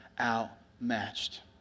outmatched